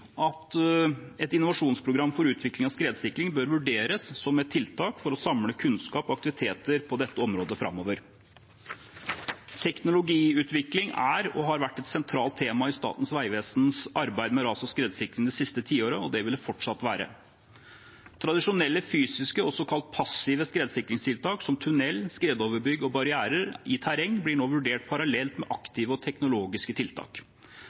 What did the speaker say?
at et innovasjonsprogram for utvikling av skredsikring bør vurderes som et tiltak for å samle kunnskap og aktiviteter på dette området framover. Teknologiutvikling er og har vært et sentralt tema i Statens vegvesens arbeid med ras- og skredsikring det siste tiåret, og det vil det fortsatt være. Tradisjonelle fysiske og såkalt passive sikringstiltak, som tunneler, skredoverbygg og barrierer i terreng, blir nå vurdert parallelt med aktive og teknologiske tiltak.